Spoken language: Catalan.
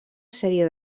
sèrie